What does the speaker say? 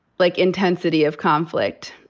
like, intensity of conflict.